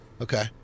Okay